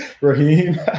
Raheem